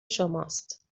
شماست